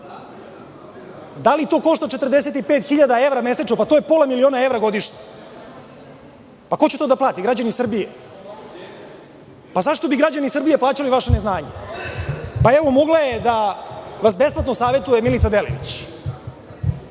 li to košta 45.000 evra mesečno? To je pola miliona evra godišnje. Ko će to da plati? Građani Srbije.Zašto bi građani Srbije plaćali vaša neznanja, mogla je da vas besplatno savetuje Milica Delević.